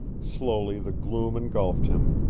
slowly the gloom engulfed him,